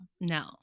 no